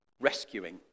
rescuing